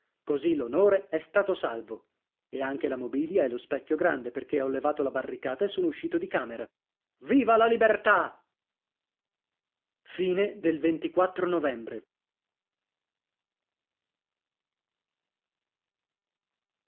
così l'onore è stato salvo e anche la mobilia e lo specchio grande perché ho levato la barricata e sono uscito di camera viva la libertà novembre